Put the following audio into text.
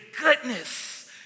goodness